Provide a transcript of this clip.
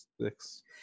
six